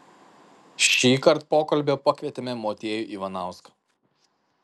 šįkart pokalbio pakvietėme motiejų ivanauską